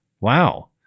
wow